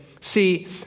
See